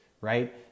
right